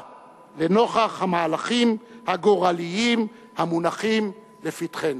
לנוכח המהלכים הגורליים המונחים לפתחנו.